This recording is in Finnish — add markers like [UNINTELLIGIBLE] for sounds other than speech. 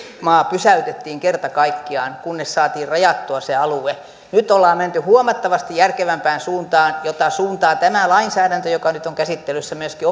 pysäytettiin kerta kaikkiaan kunnes saatiin rajattua se alue nyt on menty huomattavasti järkevämpään suuntaan jota tämä lainsäädäntö joka nyt on käsittelyssä myöskin [UNINTELLIGIBLE]